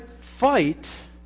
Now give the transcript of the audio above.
fight